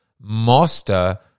master